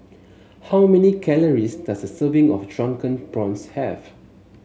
how many calories does a serving of Drunken Prawns have